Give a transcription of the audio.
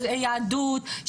של יהדות,